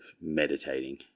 meditating